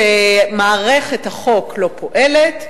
שמערכת החוק לא פועלת,